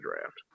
draft